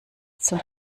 zum